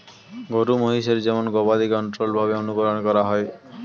গরু মহিষের যেমন গবাদি কন্ট্রোল্ড ভাবে অনুকরন করা হয়